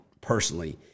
personally